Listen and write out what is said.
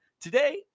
today